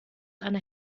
eine